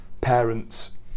parents